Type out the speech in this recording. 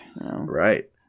Right